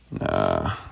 Nah